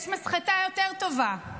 יש מסחטה יותר טובה,